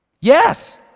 Yes